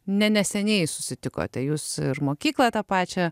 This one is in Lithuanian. ne neseniai susitikote jus ir mokyklą tą pačią